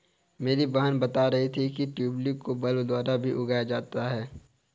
मेरी बहन बता रही थी कि ट्यूलिप को बल्ब द्वारा भी उगाया जा सकता है